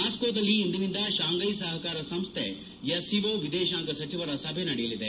ಮಾಸ್ಕೋದಲ್ಲಿ ಇಂದಿನಿಂದ ಶಾಂಘೈ ಸಹಕಾರ ಸಂಸ್ಥೆ ಎಸ್ಸಿಒ ವಿದೇಶಾಂಗ ಸಚಿವರ ಸಭೆ ನಡೆಯಲಿದೆ